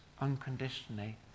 unconditionally